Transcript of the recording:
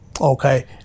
okay